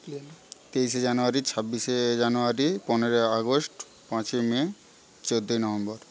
তেইশে জানুয়ারি ছাব্বিশে জানুয়ারি পনেরোই আগস্ট পাঁচই মে চোদ্দই নভেম্বর